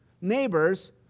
Neighbors